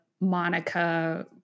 monica